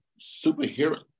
superhero